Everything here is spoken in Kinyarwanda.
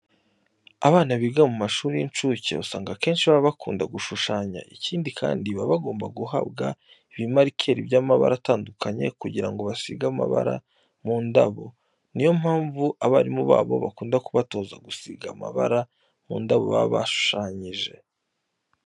Abana biga mu mashuri y'incuke usanga akenshi baba bakunda gushushanya. Ikindi kandi baba bagomba guhabwa ibimarikeri by'amabara atandukanye kugira ngo basige amabara mu ndabo. Ni yo mpamvu abarimu babo bakunda kubatoza gusiga amabara mu ndabo baba bashushanyije.